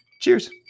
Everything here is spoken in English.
cheers